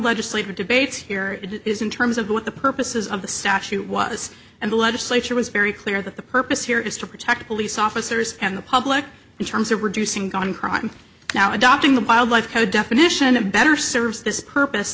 legislative debates here is in terms of what the purposes of the statute was and the legislature was very clear that the purpose here is to protect police officers and the public in terms of reducing gun crime now adopting the piled life code definition of better serves this purpose